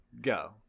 go